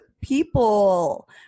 people